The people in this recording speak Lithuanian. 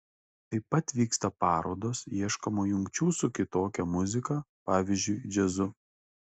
taip pat vyksta parodos ieškoma jungčių su kitokia muzika pavyzdžiui džiazu